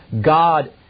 God